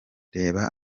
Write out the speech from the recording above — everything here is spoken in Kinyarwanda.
reba